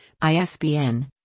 ISBN